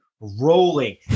rolling